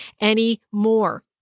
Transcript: anymore